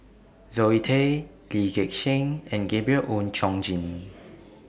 Zoe Tay Lee Gek Seng and Gabriel Oon Chong Jin